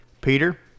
peter